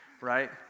right